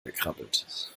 gekrabbelt